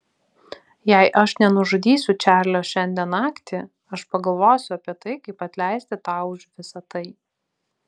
jei aš nenužudysiu čarlio šiandien naktį aš pagalvosiu apie tai kaip atleisti tau už visą tai